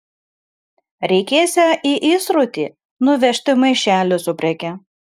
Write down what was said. reikėsią į įsrutį nuvežti maišelį su preke